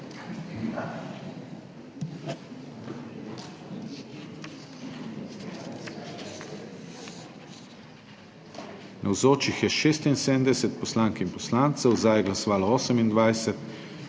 Navzočih je 76 poslank in poslancev, za je glasovalo 28,